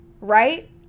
right